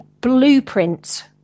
blueprint